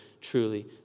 truly